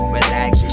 relax